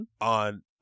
on